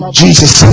jesus